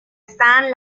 stan